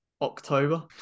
October